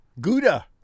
Gouda